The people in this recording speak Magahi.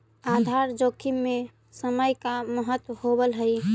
आधार जोखिम में समय के का महत्व होवऽ हई?